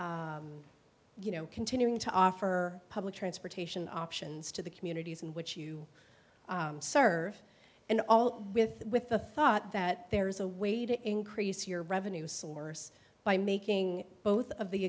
you know continuing to offer transportation options to the communities in which you serve and all with with the thought that there is a way to increase your revenue source by making both of the